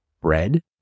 bread